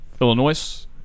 Illinois